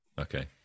okay